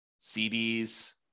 CDs